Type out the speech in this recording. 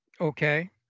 Okay